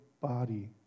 body